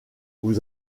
vous